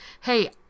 Hey